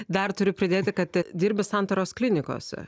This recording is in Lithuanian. dar turiu pridėti kad dirbi santaros klinikose